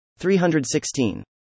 316